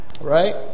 Right